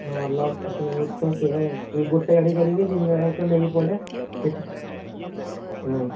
ହଁ ଲସ୍ ତ ସେଇୟା ଆଉ ଗୋଟେ ଗାଡ଼ି କରିକି ଦୁଇ ଜଣଯାକ ନେଇକି ପଳାଇବା ସେଇଠି ହଁ